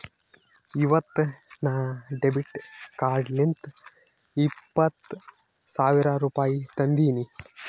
ಇವತ್ ನಾ ಡೆಬಿಟ್ ಕಾರ್ಡ್ಲಿಂತ್ ಇಪ್ಪತ್ ಸಾವಿರ ರುಪಾಯಿ ತಂದಿನಿ